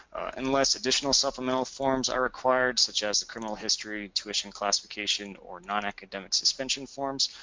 unless additional supplemental forms are required such as a criminal history, tuition classification, or non academic suspension forms.